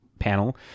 panel